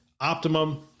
Optimum